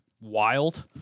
wild